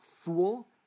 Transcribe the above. fool